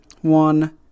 One